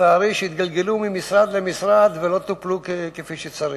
שהתגלגלו ממשרד למשרד ולא טופלו כפי שצריך.